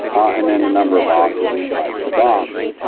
and then the number of boxes and the types of box.